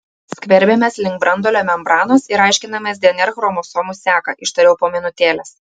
skverbiamės link branduolio membranos ir aiškinamės dnr chromosomų seką ištariau po minutėlės